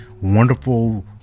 wonderful